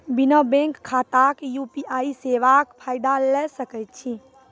बिना बैंक खाताक यु.पी.आई सेवाक फायदा ले सकै छी?